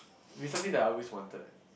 is something that I always wanted eh